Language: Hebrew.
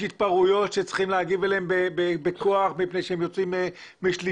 יש התפרעויות שצריכים להגיב אליהן בכוח מפני שהן יוצאות משליטה,